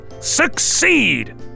succeed